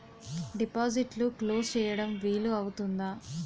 డిపాజిట్లు క్లోజ్ చేయడం వీలు అవుతుందా?